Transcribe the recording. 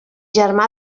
germà